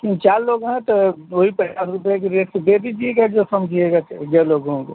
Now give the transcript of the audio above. तीन चार लोग हैं तो वही पचास रुपये के रेट से दे दीजिएगा जो समझिएगा जितने लोग होंगे